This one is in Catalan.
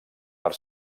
per